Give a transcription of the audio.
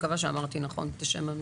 מקווה שאמרתי נכון את השם.